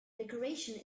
decoration